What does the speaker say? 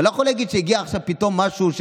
אתה לא יכול להגיד שהגיע עכשיו פתאום משהו,